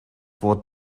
wort